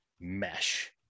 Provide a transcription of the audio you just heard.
mesh